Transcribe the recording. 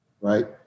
right